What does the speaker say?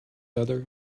other